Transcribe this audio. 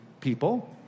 people